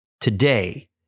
Today